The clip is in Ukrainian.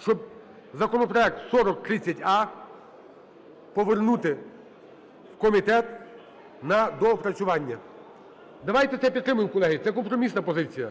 щоб законопроект 4030а повернути в комітет на доопрацювання. Давайте це підтримаємо, колеги, це компромісна позиція.